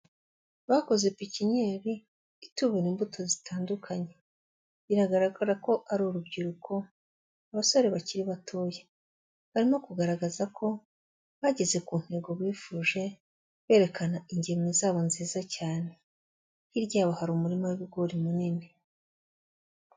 Bakoze pepiniyeri itubura imbuto zitandukanye, biragaragara ko ari urubyiruko abasore bakiri batoya, barimo kugaragaza ko bageze ku ntego bifuje, berekana ingemwe zabo nziza cyane. Hirya yaho hari umurima w'ibigori munini.